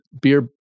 beer